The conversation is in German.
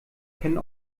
können